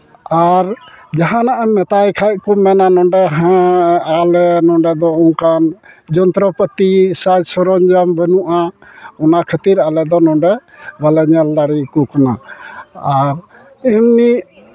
ᱟᱨ ᱡᱟᱦᱟᱱᱟᱜ ᱮᱢ ᱢᱮᱛᱟᱭ ᱠᱷᱟᱡ ᱠᱚ ᱢᱮᱱᱟ ᱱᱚᱰᱮ ᱦᱚᱸ ᱟᱞᱮ ᱱᱚᱰᱮ ᱫᱚ ᱚᱱᱠᱟᱱ ᱡᱚᱱᱛᱨᱚ ᱯᱟᱛᱤ ᱥᱟᱡᱽ ᱥᱚᱨᱚᱧᱡᱟᱢ ᱵᱟᱹᱱᱩᱜᱼᱟ ᱚᱱᱟ ᱠᱷᱟᱹᱛᱤᱨ ᱟᱞᱮ ᱫᱚ ᱱᱚᱰᱮ ᱵᱟᱞᱮ ᱧᱮᱞ ᱫᱟᱲᱮ ᱟᱠᱚ ᱠᱟᱱᱟ ᱟᱨ ᱮᱢᱱᱤ